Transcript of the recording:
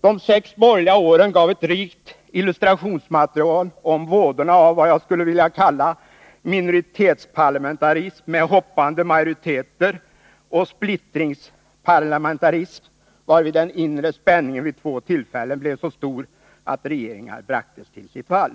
De sex borgerliga åren gav ett rikt illustrationsmaterial om vådorna av vad jag skulle vilja kalla minoritetsparlamentarism med hoppande majoriteter och splittringsparlamentarism, varvid den inre spänningen vid två tillfällen blev så stor att regeringar bragtes till sitt fall.